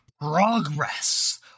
progress